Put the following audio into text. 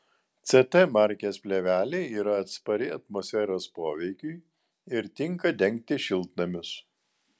ct markės plėvelė yra atspari atmosferos poveikiui ir tinka dengti šiltnamius